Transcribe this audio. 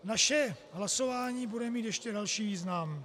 Naše hlasování bude mít ještě další význam.